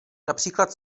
například